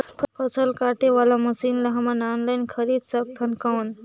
फसल काटे वाला मशीन ला हमन ऑनलाइन खरीद सकथन कौन?